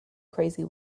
crazy